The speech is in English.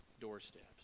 doorsteps